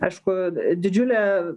aišku didžiulė